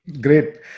great